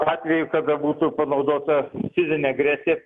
atveju kada būtų panaudota fizinė agresija